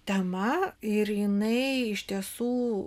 tema ir jinai iš tiesų